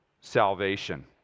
salvation